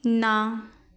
ਨਾ